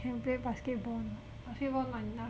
can play basketball or not a few more not enough leh